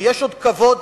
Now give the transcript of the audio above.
ויש עוד כבוד